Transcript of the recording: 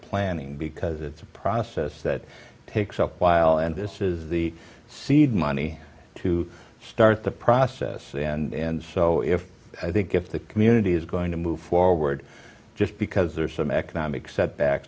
planning because it's a process that takes a while and this is the seed money to start the process and so if i think if the community is going to move forward just because there are some economic setback